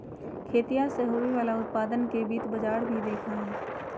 खेतीया से होवे वाला उत्पादन के भी वित्त बाजार ही देखा हई